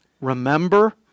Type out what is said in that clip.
remember